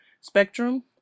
spectrum